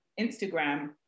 Instagram